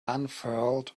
unfurled